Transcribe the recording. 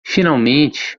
finalmente